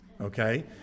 okay